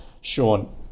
Sean